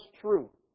true